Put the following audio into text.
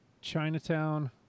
chinatown